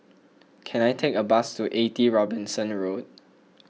can I take a bus to eighty Robinson Road